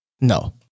No